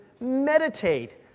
meditate